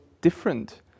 different